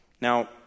Now